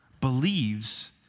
believes